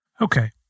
Okay